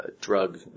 Drug